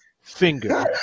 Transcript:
finger